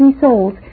souls